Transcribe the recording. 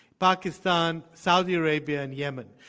pakistan, saudi arabia, and yemen.